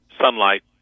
sunlight